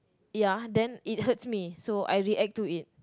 ya then it hurts me so I react to it